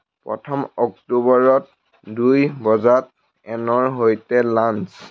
প্ৰথম অক্টোবৰত দুই বজাত এনৰ সৈতে লাঞ্চ